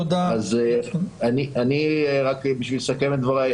אז אני רק בשביל לסכם את דבריי,